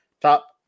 Top